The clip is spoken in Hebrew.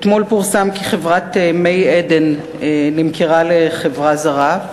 אתמול פורסם כי חברת "מי עדן" נמכרה לחברה זרה.